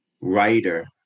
writer